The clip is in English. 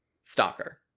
Stalker